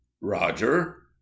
Roger